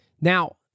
Now